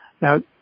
Now